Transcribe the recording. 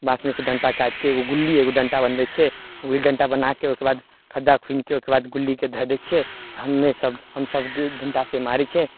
बाँसमे सँ डन्टा काटिके एगो गुल्ली एगो डन्टा बनबय छियै गुल्ली डन्टा बनाके ओइके बाद खद्धा खूनिके ओइके बाद गुल्लीके धऽ दै छियै हमे सभ हमसभ डन्टासँ मारय छियै